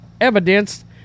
evidenced